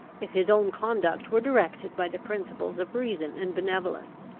if his own conduct were directed by the principles of reason and benevolence?